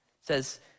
says